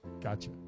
gotcha